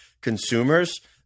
consumers